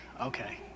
Okay